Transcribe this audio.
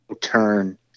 turn